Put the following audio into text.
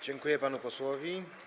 Dziękuję panu posłowi.